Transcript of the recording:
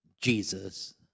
Jesus